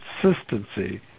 consistency